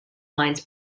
wines